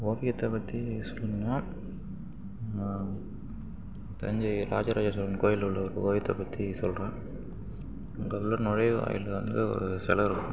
ஓவியத்தை பற்றி சொல்லணுனால் தஞ்சை ராஜராஜ சோழன் கோயிலில் உள்ள ஒரு ஓவியத்தை பற்றி சொல்கிறேன் அங்கே உள்ள நுழைவாயிலில் வந்து ஒரு செலை இருக்கும்